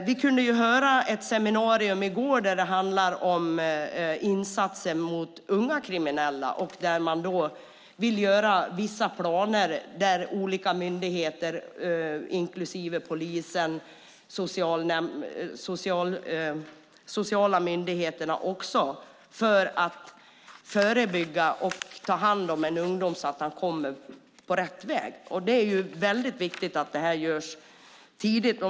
Vi kunde höra på ett seminarium i går som handlade om insatser för unga kriminella att man vill göra vissa planer där olika myndigheter inklusive polisen och de sociala myndigheterna ingår. Planerna handlar om att förebygga och ta hand om ungdomar så att de kommer på rätt väg. Det är viktigt att detta görs tidigt.